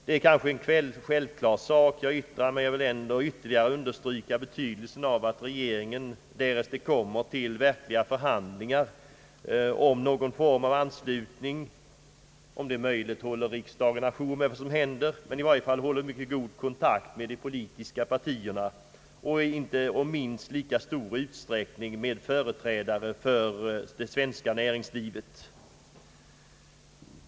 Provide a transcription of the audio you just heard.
Det är kanske en självklar sak jag yttrar, men jag vill ändå ytterligare understryka betydelsen av att regeringen, därest det kommer till verkliga förhandlingar om någon form av anslutning, om möjligt håller riksdagen å jour med vad som händer och i varje fall håller mycket god kontakt med de politiska partierna och i minst lika stor utsträckning med företrädare för det svenska näringslivet.